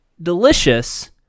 delicious